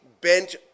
bent